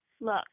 look